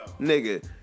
nigga